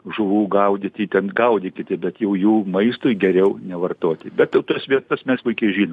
žuvų gaudyti ten gaudykite bet jau jų maistui geriau nevartoti bet jau tas vietas mes puikiai žinom